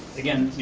again,